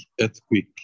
earthquake